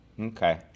Okay